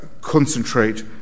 concentrate